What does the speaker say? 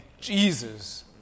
Jesus